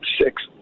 six